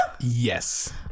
Yes